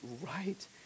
right